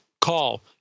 call